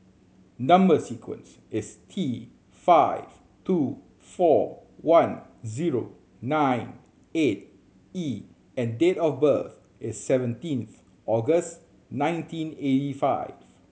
number sequence is T five two four one zero nine eight E and date of birth is seventeen August nineteen eighty five